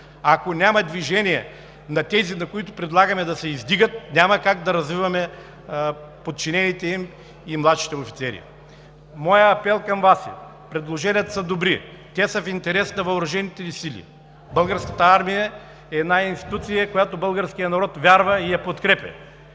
Ако няма движение на тези, на които предлагаме да се издигат, няма как да развиваме подчинените им и младшите офицери. Моят апел към Вас е: предложенията са добри, те са в интерес на въоръжените ни сили. Българската армия е една институция, в която българският народ вярва и я подкрепя.